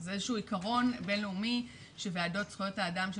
זה איזה שהוא עקרון בינלאומי שוועדות זכויות האדם של